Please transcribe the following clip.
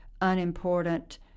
unimportant